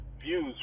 views